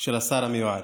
של השר המיועד,